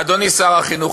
אדוני שר החינוך,